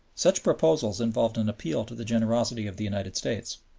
such proposals involved an appeal to the generosity of the united states.